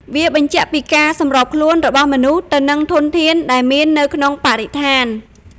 វាបញ្ជាក់ពីការសម្របខ្លួនរបស់មនុស្សទៅនឹងធនធានដែលមាននៅក្នុងបរិស្ថាន។